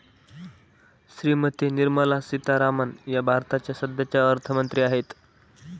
श्रीमती निर्मला सीतारामन या भारताच्या सध्याच्या अर्थमंत्री आहेत